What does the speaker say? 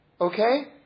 Okay